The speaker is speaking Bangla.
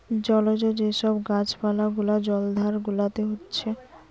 জলজ যে সব গাছ পালা গুলা জলাধার গুলাতে হচ্ছে